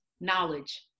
knowledge